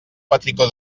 petricó